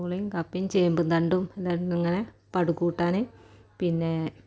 പൂളയും കപ്പയും ചേമ്പുംതണ്ടും അതായിരുന്നു ഇങ്ങനെ പടുകൂട്ടാൻ പിന്നെ